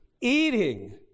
eating